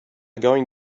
going